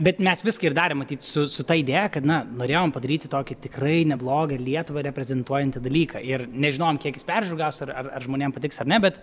bet mes viską ir darėm matyt su su ta idėja kad na norėjom padaryti tokį tikrai neblogą lietuvą reprezentuojantį dalyką ir nežinojom kiek jis peržiūrų gaus ar ar ar žmonėm patiks ar ne bet